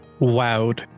wowed